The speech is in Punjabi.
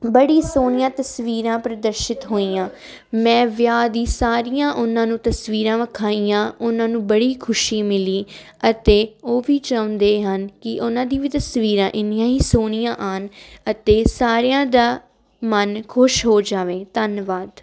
ਬੜੀ ਸੋਹਣੀਆਂ ਤਸਵੀਰਾਂ ਪ੍ਰਦਰਸ਼ਿਤ ਹੋਈਆਂ ਮੈਂ ਵਿਆਹ ਦੀ ਸਾਰੀਆਂ ਉਨ੍ਹਾਂ ਨੂੰ ਤਸਵੀਰਾਂ ਵਿਖਾਈਆਂ ਉਨ੍ਹਾਂ ਨੂੰ ਬੜੀ ਖੁਸ਼ੀ ਮਿਲੀ ਅਤੇ ਉਹ ਵੀ ਚਾਹੁੰਦੇ ਹਨ ਕਿ ਉਨ੍ਹਾਂ ਦੀ ਵੀ ਤਸਵੀਰਾਂ ਇੰਨੀਆਂ ਹੀ ਸੋਹਣੀਆਂ ਆਉਣ ਅਤੇ ਸਾਰਿਆਂ ਦਾ ਮਨ ਖੁਸ਼ ਹੋ ਜਾਵੇ ਧੰਨਵਾਦ